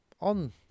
on